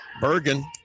Bergen